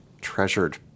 treasured